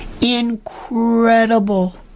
incredible